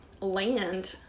land